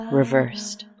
reversed